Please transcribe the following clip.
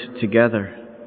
together